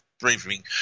briefing